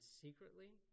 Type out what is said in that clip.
secretly